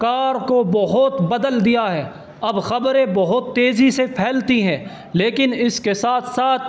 کار کو بہت بدل دیا ہے اب خبریں بہت تیزی سے پھیلتی ہیں لیکن اس کے ساتھ ساتھ